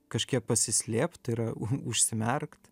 kažkiek pasislėpt tai yra u užsimerkt